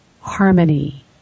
harmony